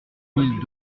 mille